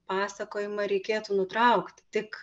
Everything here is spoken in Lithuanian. pasakojimą reikėtų nutraukti tik